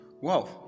Wow